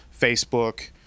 Facebook